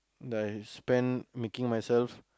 that I spend making myself